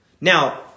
Now